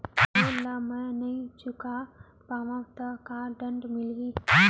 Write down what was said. Loan ला मैं नही चुका पाहव त का दण्ड मिलही?